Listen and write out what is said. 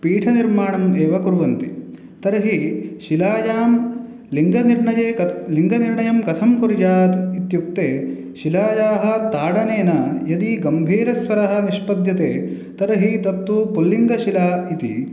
पीठनिर्माणम् एव कुर्वन्ति तर्हि शिलायां लिङ्गनिर्णये कत् लिङ्गनिर्णयं कथं कुर्यात् इत्युक्ते शीलायाः ताडनेने यदि गम्भीरस्वरः निष्पद्यते तर्हि तत्तु पुल्लिङ्गशिला इति